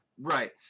Right